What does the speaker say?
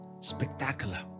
spectacular